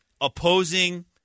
opposing